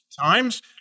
times